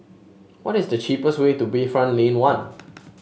what is the cheapest way to Bayfront Lane One